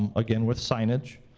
um again with signage.